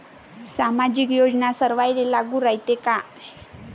सामाजिक योजना सर्वाईले लागू रायते काय?